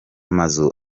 mazu